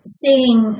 seeing